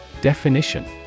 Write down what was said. Definition